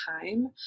time